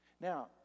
Now